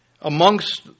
amongst